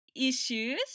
issues